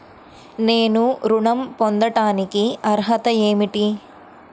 నేను ఋణం పొందటానికి అర్హత ఏమిటి?